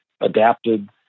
adapted